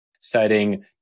citing